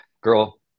girl